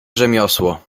rzemiosło